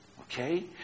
okay